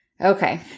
Okay